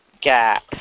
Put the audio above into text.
gap